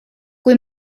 kui